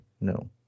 No